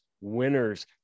winners